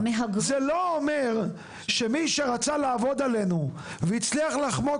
זה לא אומר שמי שרצה לעבוד עלינו והצליח לחמוק